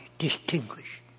distinguish